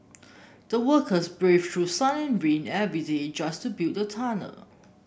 the workers braved through sun and rain every day just to build the tunnel